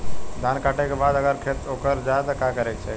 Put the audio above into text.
धान कांटेके बाद अगर खेत उकर जात का करे के चाही?